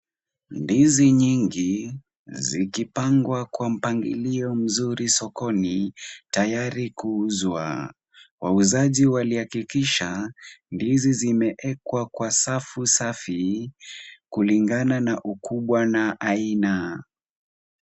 Ndizi nyingi zikipangwa kwa mpangilio mzuri sokoni tayari kuuzwa. Wauzaji walihakikisha ndizi zimeekwa kwa safu safi, kulingana na ukubwa na aina.